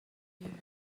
you